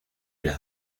las